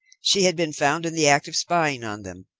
she had been found in the act of spying on them,